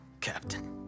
Captain